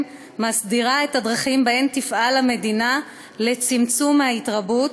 מסדירה את הדרכים שבהן תפעל המדינה לצמצום ההתרבות,